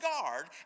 guard